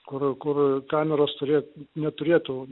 kur kur kameros turėt neturėtų